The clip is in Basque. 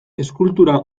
eskultura